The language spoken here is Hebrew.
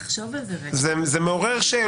זה מעורר שאלות.